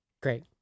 Great